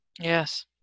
Yes